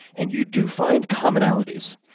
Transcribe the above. and you do find commonalities.